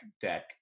deck